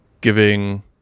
giving